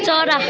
चरा